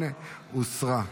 הוסרה.